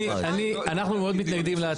אנחנו מאוד מתנגדים להצעה הזו.